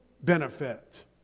benefit